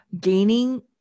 Gaining